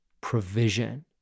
provision